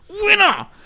Winner